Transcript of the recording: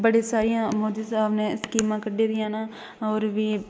बड़ी सारियां सरकार ने स्कीमां कड्ढी दी न होर बी